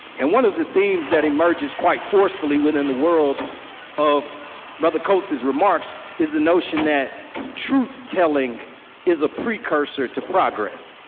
and one of the themes that emerges quite forcefully within the world of brother coates' remarks is the notion that truth telling is a precursor to progress.